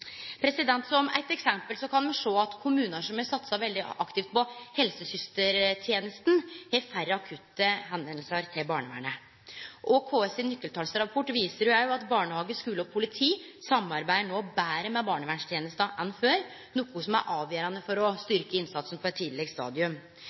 Som eit eksempel kan me sjå at kommunar som har satsa veldig aktivt på helsesystertenesta, har færre akutte meldingar til barnevernet. KS sin nøkkeltalsrapport viser at barnehage, skule og politi no samarbeider betre med barnevernstenesta enn før, noko som er avgjerande for å